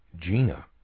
Gina